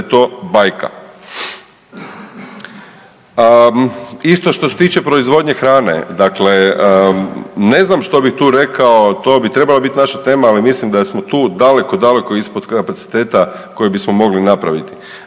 to bajka. Isto što se tiče proizvodnje hrane, dakle ne znam što bih tu rekao, to bi trebala bit naša tema, ali mislim da smo tu daleko daleko ispod kapaciteta koji bismo mogli napraviti.